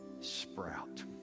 sprout